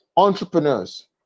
entrepreneurs